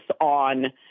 on